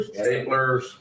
staplers